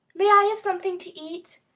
may i have something to eat?